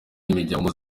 n’imiryango